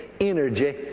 energy